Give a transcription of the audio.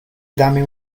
dame